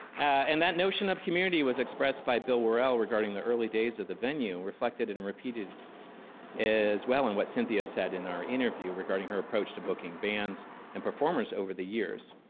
and that notion of community was expressed by bill worrell regarding the early days of the venue, reflected and repeated as well in what cynthia said in our interview regarding her approach to booking bands and performers over the years.